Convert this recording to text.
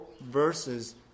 verses